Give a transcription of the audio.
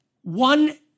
one